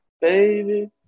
baby